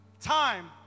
time